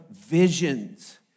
visions